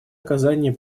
оказание